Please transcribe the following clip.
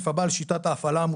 כלל המערכות עובדות על פי הסטנדרטים